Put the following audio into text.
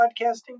podcasting